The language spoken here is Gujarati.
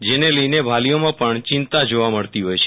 જેને લઈને વાલીઓમાં પણ ચિંતા જોવા મળતી હોય છે